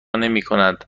نمیکنند